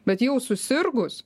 bet jau susirgus